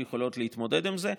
שיכולות להתמודד עם זה.